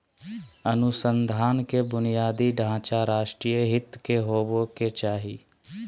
अनुसंधान के बुनियादी ढांचा राष्ट्रीय हित के होबो के चाही